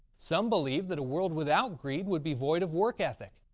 some believe that a world without greed would be void of work ethic,